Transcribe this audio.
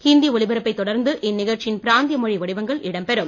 ஹிந்தி ஒலிபரப்பைத் தொடர்ந்து இந்நிகழ்ச்சியின் பிராந்திய மொழி வடிவங்கள் இடம்பெறும்